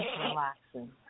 relaxing